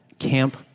camp